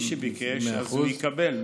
מי שביקש, יקבל.